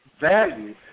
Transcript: value